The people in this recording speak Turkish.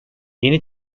yeni